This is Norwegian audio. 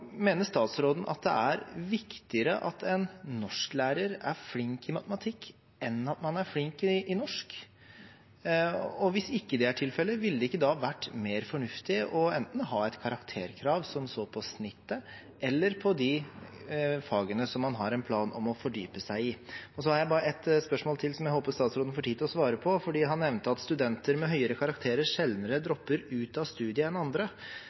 Mener statsråden at det er viktigere at en norsklærer er flink i matematikk, enn at man er flink i norsk? Og hvis ikke det er tilfellet, ville det ikke da vært mer fornuftig å ha et karakterkrav som enten så på snittet eller på de fagene som man har en plan om å fordype seg i? Så har jeg bare ett spørsmål til, som jeg håper statsråden får tid til å svare på. Han nevnte at studenter med høyere karakterer sjeldnere dropper ut av studiet enn andre.